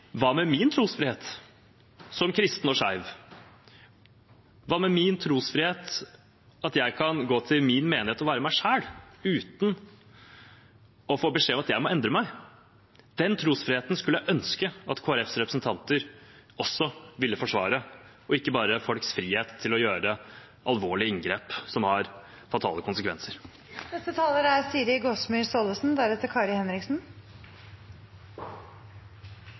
hva med min trosfrihet som kristen og skeiv? Hva med min trosfrihet – at jeg kan gå til min menighet og være meg selv uten å få beskjed om at jeg må endre meg? Den trosfriheten skulle jeg ønske at Kristelig Folkepartis representanter også ville forsvare, og ikke bare folks frihet til å gjøre alvorlige inngrep som har fatale